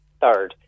third